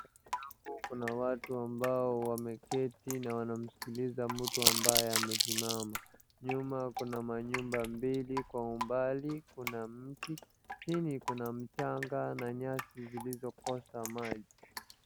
Mbele yangu kuna watu ambao wameketi na wanamskiza mtu ambaye amesimama, nyuma kuna manyumba mbili kwa umbali, kuna mtu, chini kuna mchanga na nyasi zilizokosa maji.